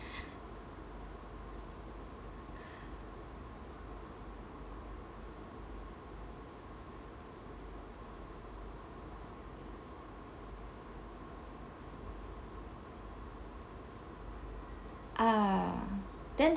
ah then